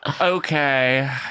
Okay